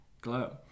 glow